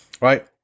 right